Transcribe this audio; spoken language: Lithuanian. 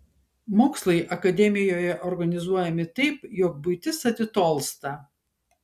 mokslai akademijoje organizuojami taip jog buitis atitolsta